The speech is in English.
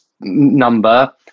number